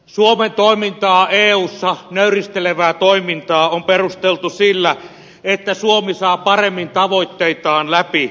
suomen nöyristelevää toimintaa eussa on perusteltu sillä että suomi saa paremmin tavoitteitaan läpi